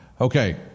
Okay